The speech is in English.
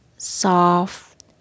Soft